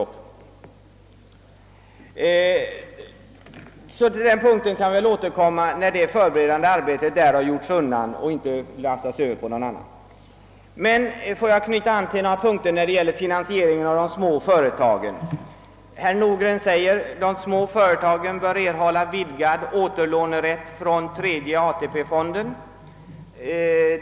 Men härtill kan vi väl återkomma, när det förberedande arbetet är avslutat. Får jag så ta upp några punkter beträffande de små företagens finansiering. Herr Nordgren säger att de små företagen bör erhålla vidgad återlånerätt från tredje AP-fonden.